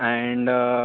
and